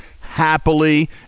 happily